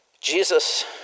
Jesus